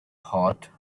hot